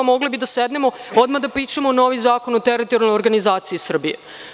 Mogli bi da sednemo odmah da pišemo neki novi zakon o teritorijalnoj organizaciji Srbije.